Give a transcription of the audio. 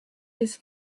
his